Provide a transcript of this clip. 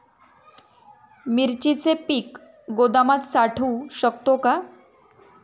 मिरचीचे पीक गोदामात साठवू शकतो का?